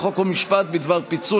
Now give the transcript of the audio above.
לפיכך סעיף 3 התקבל כנוסח הוועדה.